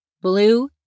Blue